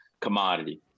commodity